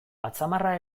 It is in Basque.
atzamarra